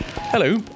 Hello